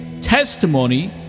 testimony